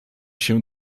się